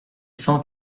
cent